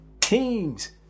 teams